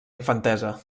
infantesa